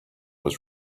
was